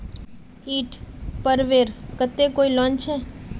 ईद पर्वेर केते कोई लोन छे?